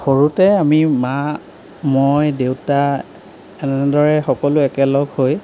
সৰুতে আমি মা মই দেউতা এনেদৰে সকলো একেলগ হৈ